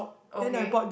okay